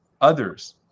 Others